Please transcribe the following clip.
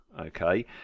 okay